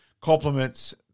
compliments